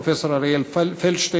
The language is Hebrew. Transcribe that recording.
פרופסור אריאל פלדשטיין,